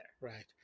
Right